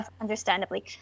understandably